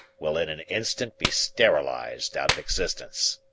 will in an instant be sterilized out of existence.